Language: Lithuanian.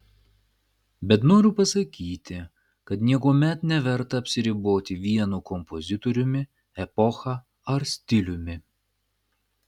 bet noriu pasakyti kad niekuomet neverta apsiriboti vienu kompozitoriumi epocha ar stiliumi